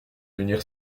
venir